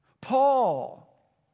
Paul